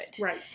Right